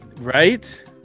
Right